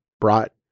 brought